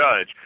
judge